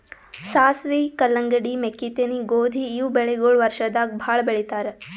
ಸಾಸ್ವಿ, ಕಲ್ಲಂಗಡಿ, ಮೆಕ್ಕಿತೆನಿ, ಗೋಧಿ ಇವ್ ಬೆಳಿಗೊಳ್ ವರ್ಷದಾಗ್ ಭಾಳ್ ಬೆಳಿತಾರ್